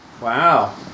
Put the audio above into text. Wow